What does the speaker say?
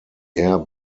air